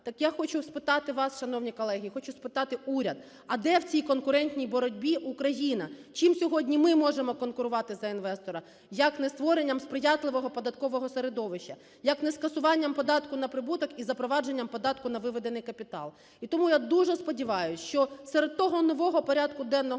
Так я хочу спитати вас, шановні колеги, хочу спитати уряд: а де в цій конкурентній боротьбі Україна? Чим сьогодні ми можемо конкурувати за інвестора, як не створенням сприятливого податкового середовища, як не скасуванням податку на прибуток і запровадженням податку на виведений капітал? І тому, я дуже сподіваюся, що серед того нового порядку денного